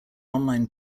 online